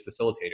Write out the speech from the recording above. facilitator